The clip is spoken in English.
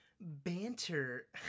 banter